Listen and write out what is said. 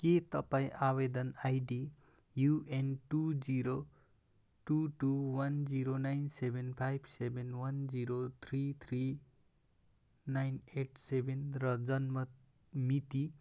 के तपाईँ आवेदन ID UN two zero two two one zero nine seven five seven one zero three three nine eight seven र जन्म मिति